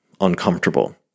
uncomfortable